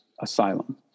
asylum